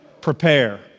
prepare